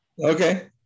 okay